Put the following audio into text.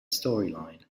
storyline